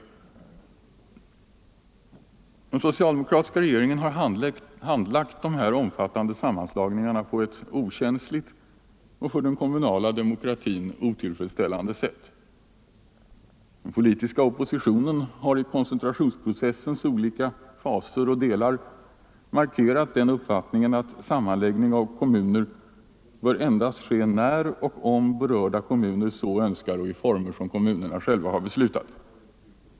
Den socialdemokratiska regeringen har handlagt dessa omfattande sammanslagningar på ett okänsligt och för den kommunala demokratin otillfredsställande sätt. Den politiska oppositionen har i koncentrationsprocessens olika faser och delar markerat uppfattningen att sammanläggning av kommuner bör ske endast när och om berörda kommuner så önskar och i former som kommunerna själva har beslutat.